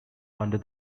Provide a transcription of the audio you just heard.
under